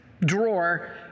drawer